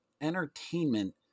entertainment